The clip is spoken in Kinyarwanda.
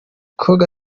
coga